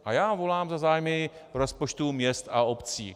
A já volám za zájmy rozpočtů měst a obcí.